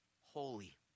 holy